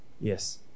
Yes